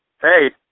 hey